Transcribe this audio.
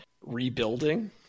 rebuilding